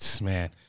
man